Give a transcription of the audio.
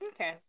Okay